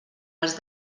els